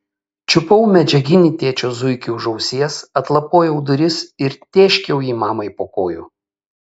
čiupau medžiaginį tėčio zuikį už ausies atlapojau duris ir tėškiau jį mamai po kojų